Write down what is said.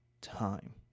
time